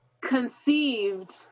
conceived